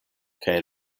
kaj